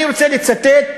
אני רוצה לצטט,